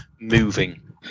moving